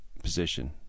position